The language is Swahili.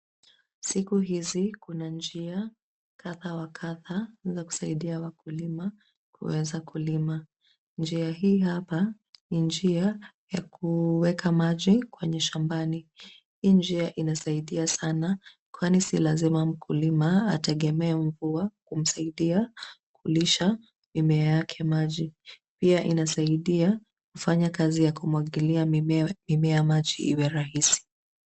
Siku hizi kuna njia kadha wa kadha za kusaidia wakulima kuweza kulima. Njia hii hapa ni njia ya kuweka maji kwenye shambani. Hii njia inasaidia sana kwani si lazima mkulima ategeme mvua kumsaidia kulisha mimea yake maji. Pia inasaidia kufanya kazi ya kumwagilia mimea maji iwe rahisi.